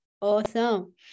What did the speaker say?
Awesome